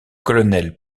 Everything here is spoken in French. colonel